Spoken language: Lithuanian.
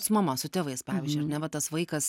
su mama su tėvais pavyzdžiui ar ne va tas vaikas